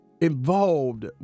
involved